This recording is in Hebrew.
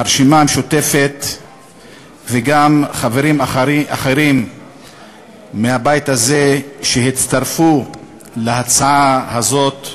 הרשימה המשותפת וגם חברים אחרים מהבית הזה שהצטרפו להצעה הזאת,